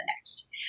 next